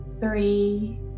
three